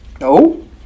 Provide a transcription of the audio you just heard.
No